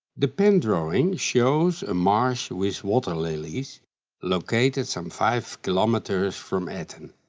the pen drawing shows a marsh with water lilies located some five kilometers from etten.